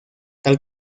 tal